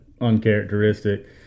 Uncharacteristic